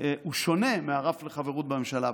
הוא שונה מהרף לחברות בממשלה,